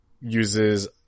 uses